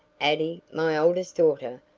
addie, my oldest daughter,